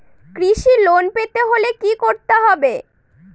কৃষি লোন পেতে হলে কি করতে হবে?